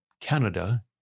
Canada